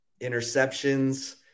interceptions